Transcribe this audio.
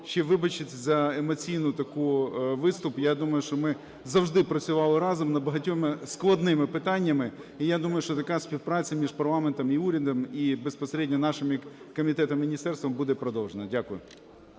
ще вибачитися за емоційний такий виступ. Я думаю, що ми завжди працювали разом над багатьма складними питаннями, і я думаю, що така співпраця між парламентом і урядом, і безпосередньо нашими комітетом і міністерством буде продовжена. Дякую.